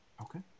okay